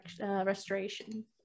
restoration